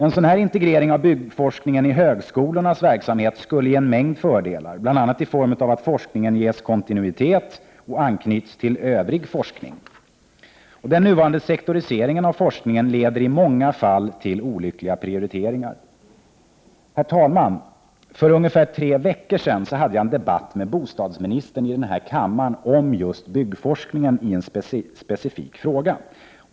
En integrering av byggforskningen i högskolornas verksamhet skulle ge en mängd fördelar i form av att forskningen ges kontinuitet och anknyts till övrig forskning. Den nuvarande sektoriseringen av forskningen leder i många fall till olyckliga prioriteringar. För ungefär tre veckor sedan hade jag en debatt med bostadsministern i denna kammare om en specifik fråga inom just byggforskningen.